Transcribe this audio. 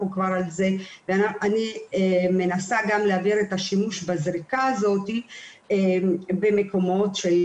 אני מנסה גם להעביר את השימוש בזריקה הזאת במקומות ש-